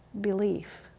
belief